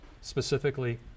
specifically